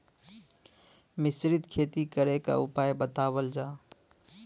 मिश्रित खेती करे क उपाय बतावल जा?